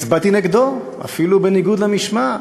הצבעתי נגדו, ואפילו בניגוד למשמעת,